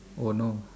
oh no